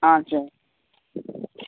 ஆ சரி